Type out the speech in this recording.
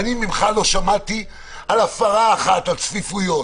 ממך לא שמעתי על הפרה אחת על צפיפויות,